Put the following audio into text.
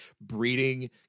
breeding